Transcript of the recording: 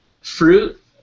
fruit